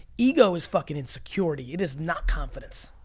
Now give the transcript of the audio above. ego is fucking insecurity. it is not confidence.